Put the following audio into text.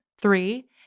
Three